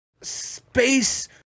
space